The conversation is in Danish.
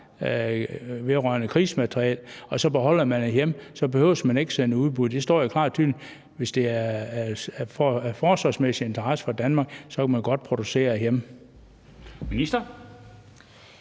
vedrørende krigsmateriel, og så beholder de det hjemme, og så behøver de ikke at sende det i udbud. Det står jo klart og tydeligt. Hvis det er af forsvarsmæssig interesse for Danmark, så kan man godt producere det hjemme. Kl.